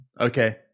Okay